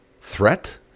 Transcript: threat